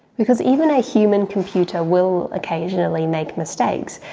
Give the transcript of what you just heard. because even a human computer will occasionally make mistakes,